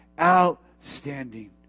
outstanding